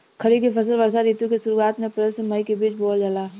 खरीफ के फसल वर्षा ऋतु के शुरुआत में अप्रैल से मई के बीच बोअल जाला